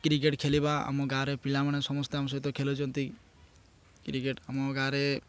cricket ଖେଳିବା ଆମ ଗାଁରେ ପିଲାମାନେ ସମସ୍ତେ ଆମ ସହିତ ଖେଳୁଛନ୍ତି କ୍ରିକେଟ୍ ଆମ ଗାଁରେ